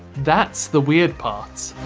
that's the weird part.